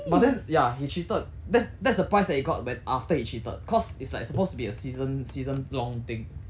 but then ya he cheated that's that's the price that he got when after cheated cause it's like supposed to be a season season long thing